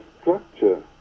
structure